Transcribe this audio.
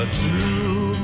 true